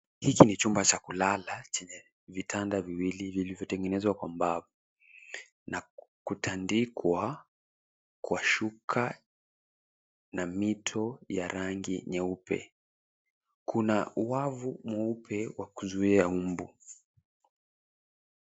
Hiki ni chumba cha kulala chenye vitanda viwili vilivyotengenezwa kwa mbao na kutandikwa kwa shuka na mito ya rangi nyeupe. Kuna uwavu mweupe wa kuzuia mbu.